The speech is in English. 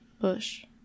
Bush